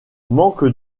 manque